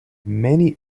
many